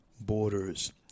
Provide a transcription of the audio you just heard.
borders